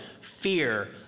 fear